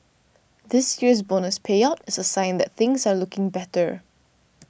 this year's bonus payout is a sign that things are looking better